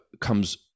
comes